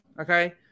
okay